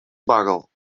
bugle